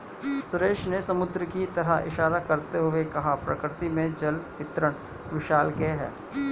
सुरेश ने समुद्र की तरफ इशारा करते हुए कहा प्रकृति में जल वितरण विशालकाय है